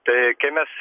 tai kai mes